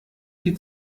die